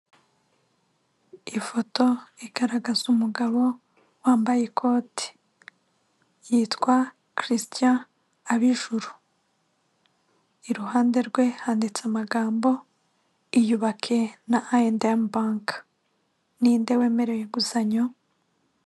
Ifoto igaragaza umugabo wambaye ikoti yitwa Christian Abiijuru, iruhande rwe handitse amagambo iyubake na I and M bank ni inde wemerewe inguzanyo.